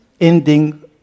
ending